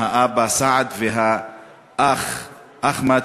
האבא סעד והאח אחמד,